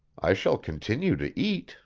i shall continue to eat,